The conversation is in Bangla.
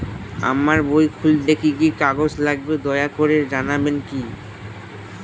আমার বই খুলতে কি কি কাগজ লাগবে দয়া করে জানাবেন কি?